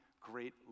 great